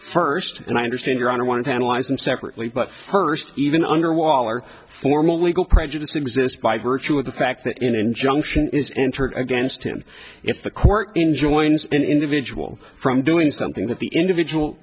first and i understand your honor wanted to analyze them separately but first even under waller formal legal prejudice exists by virtue of the fact that injunction is entered against him if the court enjoins an individual from doing something that the individual